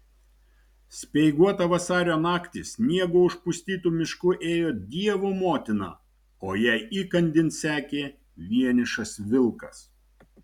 speiguotą vasario naktį sniego užpustytu mišku ėjo dievo motina o jai įkandin sekė vienišas vilkas